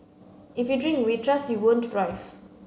if you drink we trust you won't drive